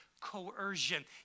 coercion